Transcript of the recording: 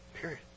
period